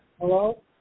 Hello